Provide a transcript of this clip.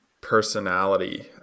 personality